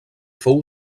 fou